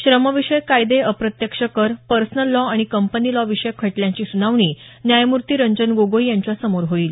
श्रम विषयक कायदे अप्रत्यक्ष कर पर्सनल लॉ आणि कंपनी लॉ विषयक खटल्यांची सुनावणी न्यायमूर्ती रंजन गोगोई यांच्यासमोर होईल